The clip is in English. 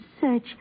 search